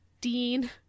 Dean